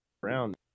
Brown